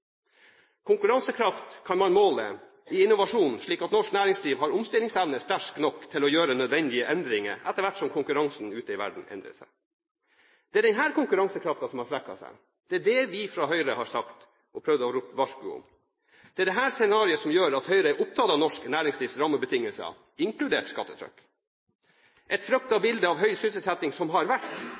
Konkurransekraft kan man måle i innovasjon, slik at norsk næringsliv har omstillingsevne sterk nok til å gjøre nødvendige endringer etter hvert som konkurransen ute i verden endrer seg. Det er denne konkurransekraften som har svekket seg. Det er det vi fra Høyre har sagt og prøvd å rope varsko om. Det er dette scenarioet som gjør at Høyre er opptatt av norsk næringslivs rammebetingelser, inkludert skattetrykk. Et fryktet bilde av høy sysselsetting som har vært,